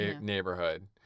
neighborhood